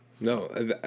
No